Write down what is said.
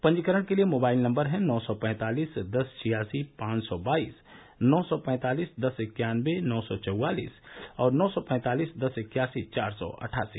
पंजीकरण के लिए मोबाइल नम्दर हैं नौ सौ पैंतालिस दस छियासी पांच सौ बाईस नौ सौ पैंतालिस दस इक्यान्नबे नौ सौ चौवालिस और नौ सौ पैंतालिस दस इक्यासी चार सौ अट्ठासी